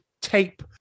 Tape